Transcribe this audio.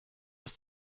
ist